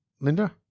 Linda